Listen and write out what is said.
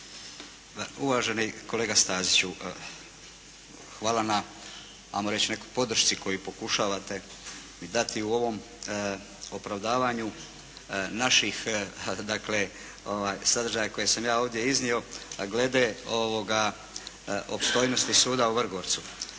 Uvaženi kolega Staziću, hvala na ajmo reći nekoj podršci koju pokušavate mi dati u ovom opravdavanju naših dakle sadržaja koje sam ja ovdje iznio glede ovoga opstojnosti suda u Vrgorcu.